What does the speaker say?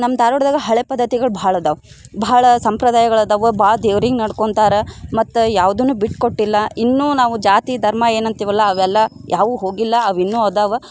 ನಮ್ಮ ಧಾರವಾಡದಾಗ ಹಳೆಯ ಪದ್ಧತಿಗಳು ಭಾಳ ಅದಾವ ಬಹಳ ಸಂಪ್ರದಾಯಗಳು ಅದಾವ ಭಾಳ ದೇವ್ರಿಗೆ ನಡ್ಕೊಳ್ತಾರೆ ಮತ್ತು ಯಾವ್ದನ್ನೂ ಬಿಟ್ಕೊಟ್ಟಿಲ್ಲ ಇನ್ನೂ ನಾವು ಜಾತಿ ಧರ್ಮ ಏನು ಅಂತೀವಲ್ಲ ಅವೆಲ್ಲ ಯಾವೂ ಹೋಗಿಲ್ಲ ಅವು ಇನ್ನೂ ಅದಾವ